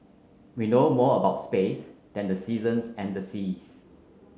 we know more about space than the seasons and the seas